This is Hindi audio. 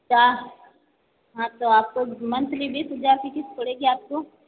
चार हाँ तो आप को मंथली बीस हज़ार की किस्त पड़ेगी आप को